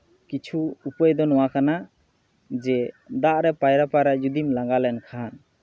ᱠᱤᱪᱷᱩ ᱩᱯᱟᱹᱭ ᱫᱚ ᱱᱚᱣᱟ ᱠᱟᱱᱟ ᱡᱮ ᱫᱟᱜ ᱨᱮ ᱯᱟᱭᱨᱟ ᱯᱟᱭᱨᱟ ᱡᱩᱫᱤᱢ ᱞᱟᱸᱜᱟ ᱞᱮᱱᱠᱷᱟᱱ